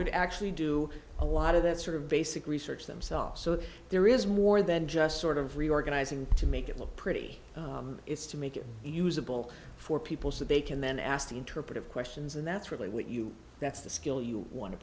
aren't actually do a lot of that sort of basic research themselves so there is more than just sort of reorganizing to make it look pretty it's to make it usable for people so they can then ask interpretive questions and that's really what you that's the skill you want to